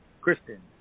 Kristen